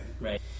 Right